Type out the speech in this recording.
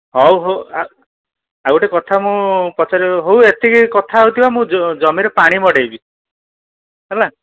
ହଉ ହଉ ଆଉ ଗୋଟେ କଥା ମୁଁ ପଚାରିବ ହଉ ଏତିକି କଥା ହେଉଥିବା ମୁଁ ଜମି ରେ ପାଣି ମଡ଼ାଇବି ହେଲା